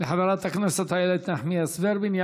תודה לחברת הכנסת איילת נחמיאס ורבין.